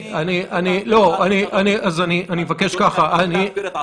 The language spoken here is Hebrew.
אני מבקש להסביר את עצמי.